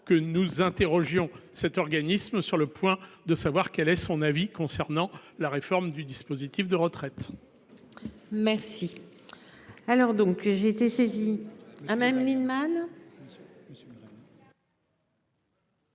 que nous interrogions cet organisme sur le point de savoir quel est son avis concernant la réforme du dispositif de retraite. Merci.